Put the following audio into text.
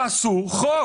תעשו חוק